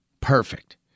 perfect